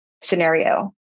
scenario